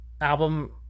album